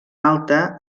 alta